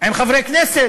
עם חברי כנסת?